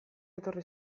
etorri